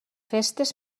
festes